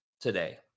today